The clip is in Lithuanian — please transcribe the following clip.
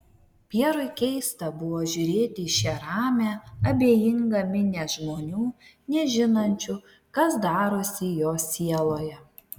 pjerui keista buvo žiūrėti į šią ramią abejingą minią žmonių nežinančių kas darosi jo sieloje